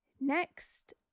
Next